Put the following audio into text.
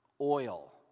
oil